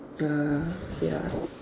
uh ya